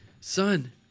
son